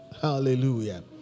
Hallelujah